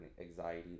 anxiety